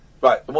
Right